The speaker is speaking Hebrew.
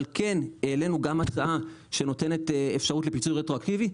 אבל כן העלנו גם הצעה שנותנת אפשרות לפיצוי רטרואקטיבי,